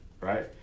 right